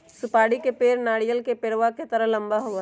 सुपारी के पेड़ नारियल के पेड़वा के तरह लंबा होबा हई